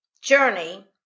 journey